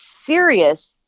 serious